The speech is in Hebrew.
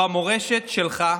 במורשת שלך,